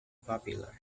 popular